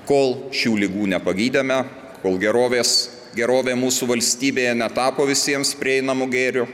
kol šių ligų nepagydėme kol gerovės gerovė mūsų valstybėje netapo visiems prieinamu gėriu